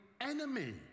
enemy